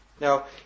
Now